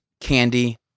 candy